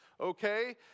okay